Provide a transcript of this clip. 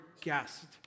guest